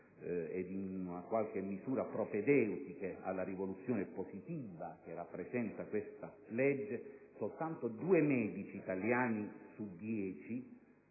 in qualche misura propedeutiche alla rivoluzione positiva che rappresenta questa legge, soltanto due medici italiani su dieci